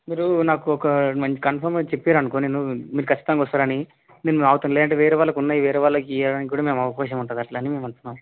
మీరు నాకు ఒక మంచి కన్ఫామ్గా చెప్పిర్రనుకో నేను మీరు ఖచ్చితంగా వస్తారని నేను రావటం లేదంటే వేరే వాళ్ళకు ఉన్నాయి వేరే వాళ్ళకు ఇవ్వడానికి కూడా మేము అవకాశం ఉంటుందని మేము అట్లా అని మిమల్ని